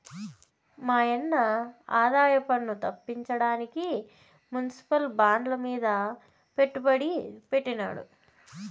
మాయన్న ఆదాయపన్ను తప్పించడానికి మునిసిపల్ బాండ్లమీద పెట్టుబడి పెట్టినాడు